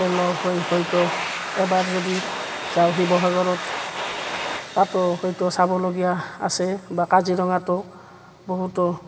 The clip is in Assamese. লগ হৈ হয়তো এবাৰ যদি যাওঁ শিৱসাগৰত তাতো হয়তো চাবলগীয়া আছে বা কাজিৰঙটো বহুতো